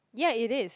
ya it is